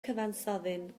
cyfansoddyn